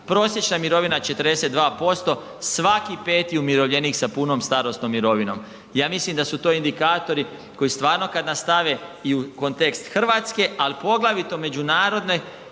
prosječna mirovina 42%, svaki 5. umirovljenik sa punom starosnom mirovinom. Ja mislim da su to indikatori koji stvarno kad nastave i u kontekst Hrvatske, ali poglavito međunarodne